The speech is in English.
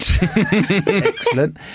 Excellent